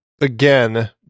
Again